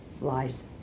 lies